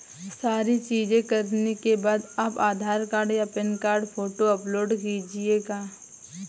सारी चीजें करने के बाद आप आधार कार्ड या पैन कार्ड फोटो अपलोड कीजिएगा